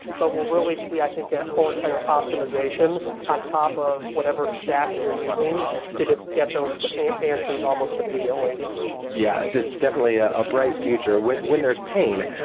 but we'll really see, i think, a whole entire optimization on top of whatever stack you're using to just get those answers almost immediately yeah. that's definitely a bright future. when when there's pain,